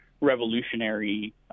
revolutionary